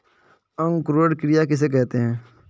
अंकुरण क्रिया किसे कहते हैं?